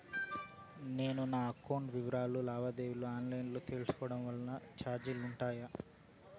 నేను నా అకౌంట్ వివరాలు లావాదేవీలు ఆన్ లైను లో తీసుకోవడం వల్ల చార్జీలు ఉంటాయా?